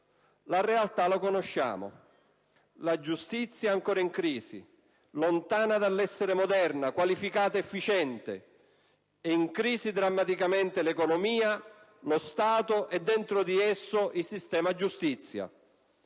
La realtà è nota: la giustizia è ancora in crisi, lontana dall'essere moderna, qualificata, efficiente; sono drammaticamente in crisi l'economia, lo Stato e, dentro di esso, il sistema giustizia.